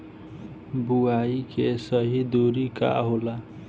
बुआई के सही दूरी का होला?